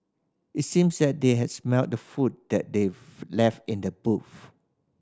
it seemed that they had smelt the food that they left in the boot